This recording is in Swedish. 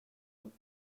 dem